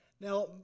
Now